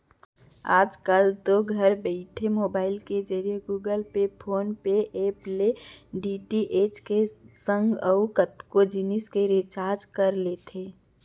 आजकल तो घर बइठे मोबईल के जरिए Google pay, PhonePe app ले डी.टी.एच के संग अउ कतको जिनिस के रिचार्ज कर लेथे